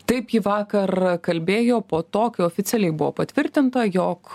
taip ji vakar kalbėjo po to kai oficialiai buvo patvirtinta jog